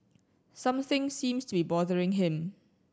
something seems to be bothering him